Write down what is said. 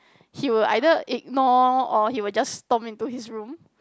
he will either ignore or he will just stomp into his room